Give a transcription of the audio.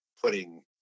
putting